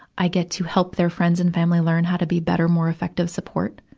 i get to help their friends and family learn how to be better, more effective support.